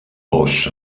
vós